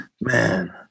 Man